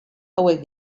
hauek